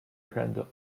handle